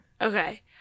okay